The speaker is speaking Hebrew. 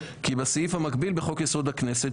כי בסעיף המקביל בחוק-יסוד: הכנסת,